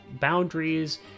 boundaries